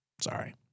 Sorry